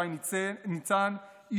שי ניצן,